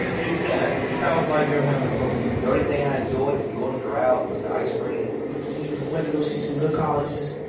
yeah sounds like you're having fun the only thing i enjoyed from golden corral was the ice cream we went to go see some good colleges.